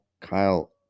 Kyle